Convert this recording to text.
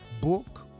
book